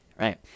right